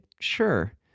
sure